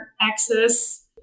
access